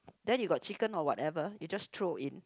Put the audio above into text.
then you got chicken or whatever you just throw in